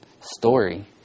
story